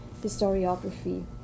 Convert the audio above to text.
historiography